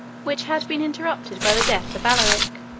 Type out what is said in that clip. which had been interrupted by the death of alaric.